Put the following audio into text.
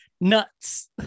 nuts